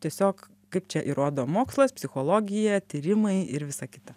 tiesiog kaip čia įrodo mokslas psichologija tyrimai ir visa kita